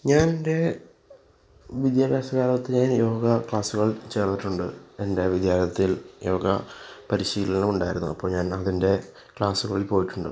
ഞാൻ എൻ്റെ വിദ്യാഭ്യാസകാലത്ത് ഞാൻ യോഗ ക്ലാസുകൾ ചേർന്നിട്ടുണ്ട് എൻ്റെ വിദ്യാലയത്തിൽ യോഗ ക്ലാസുകൾ പരിശീലനമുണ്ടായിരുന്നു അപ്പോൾ ഞാൻ അതിൻ്റെ ക്ലാസ്സുകളിൽ പോയിട്ടുണ്ട്